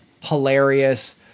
hilarious